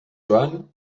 joan